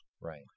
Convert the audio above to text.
Right